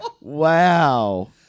Wow